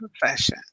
profession